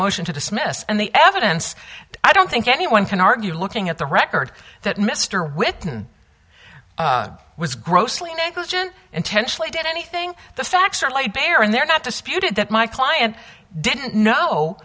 motion to dismiss and the evidence i don't think anyone can argue looking at the record that mr whitman was grossly negligent intentionally did anything the facts are laid bare and they're not disputed that my client didn't kno